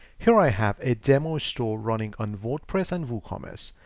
here i have a demo store running on wordpress and woocommerce.